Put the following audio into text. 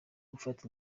gufata